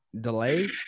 delay